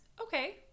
okay